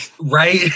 Right